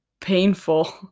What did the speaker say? painful